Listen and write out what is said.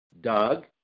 Doug